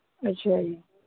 ਅੱਛਾ ਜੀ